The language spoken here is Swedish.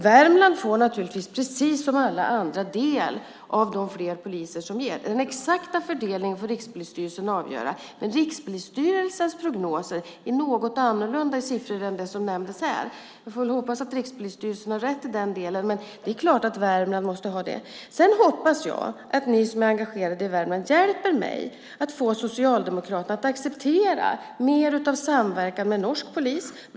Värmland får naturligtvis, precis som alla andra, del av de fler poliser som blir. Den exakta fördelningen får Rikspolisstyrelsen avgöra. Dess prognoser visar dock något annorlunda siffror än dem som nämndes här. Vi får hoppas att Rikspolisstyrelsen har rätt. Det är klart att Värmland måste få sin del. Jag hoppas att ni som är engagerade i Värmland hjälper mig att få Socialdemokraterna att acceptera mer av samverkan med norsk polis.